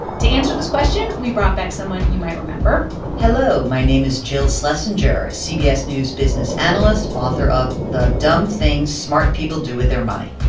to answer this question, we brought back someone you might remember hello. my name is jill schlesinger, cbs news business analyst, author of the dumb things smart people do with their money.